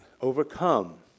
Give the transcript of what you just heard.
overcome